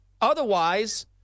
otherwise